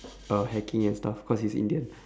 uh hacking and stuff cause he's Indian